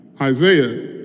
Isaiah